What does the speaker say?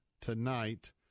tonight